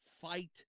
fight